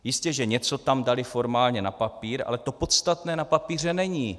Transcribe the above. Jistěže něco tam dali formálně na papír, ale to podstatné na papíře není!